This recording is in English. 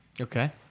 Okay